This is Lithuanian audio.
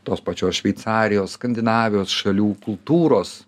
tos pačios šveicarijos skandinavijos šalių kultūros